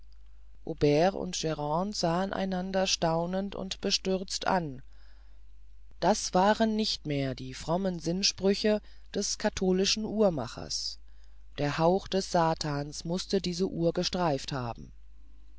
und grande sahen einander staunend und bestürzt an das waren nicht mehr die frommen sinnsprüche des katholischen uhrmachers der hauch des satans mußte diese uhr gestreift haben